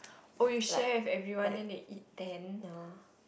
oh you share with everyone then they eat ten